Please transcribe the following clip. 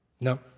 no